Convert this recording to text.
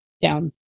down